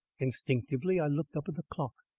instinctively, i looked up at the clock.